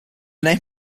name